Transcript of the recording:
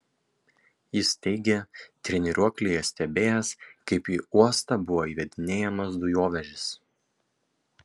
jis teigė treniruoklyje stebėjęs kaip į uostą buvo įvedinėjamas dujovežis